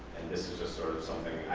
this is sort of something